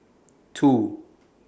two